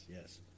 Yes